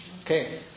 Okay